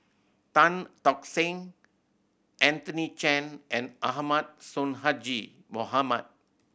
Tan Tock Seng Anthony Chen and Ahmad Sonhadji Mohamad